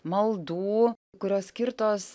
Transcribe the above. maldų kurios skirtos